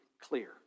clear